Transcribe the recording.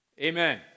Amen